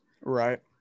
right